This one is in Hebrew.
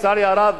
לצערי הרב,